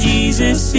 Jesus